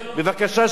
בבקשה,